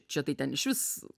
čia tai ten išvis